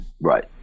Right